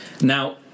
Now